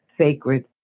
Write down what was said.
Sacred